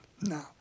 no